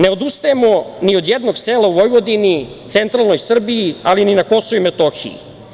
Ne odustajemo ni od jednog sela u Vojvodini, centralnoj Srbiji, ali ni na Kosovu i Metohiji.